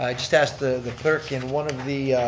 i just asked the the clerk and one of the